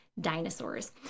dinosaurs